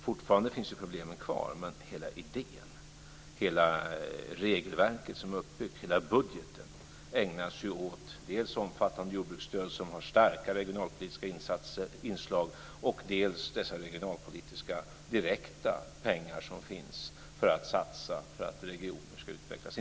Fortfarande finns ju problemen kvar, men hela idén, hela regelverket som är uppbyggt och hela budgeten ägnas ju åt dels omfattande jordbruksstöd som har starka regionalpolitiska inslag, dels dessa regionalpolitiska direkta pengar som finns för att satsa för att regioner ska utvecklas.